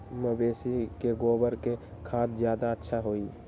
मवेसी के गोबर के खाद ज्यादा अच्छा होई?